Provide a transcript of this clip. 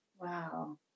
Wow